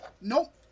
Nope